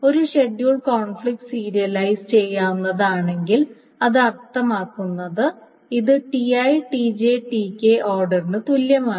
ഒരു schedule conflict serialize ചെയ്യാവുന്നതാണെങ്കിൽ അത് അർത്ഥമാക്കുന്നത് ഇത് Ti Tj Tk ഓർഡറിന് തുല്യമാണ്